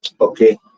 Okay